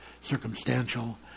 circumstantial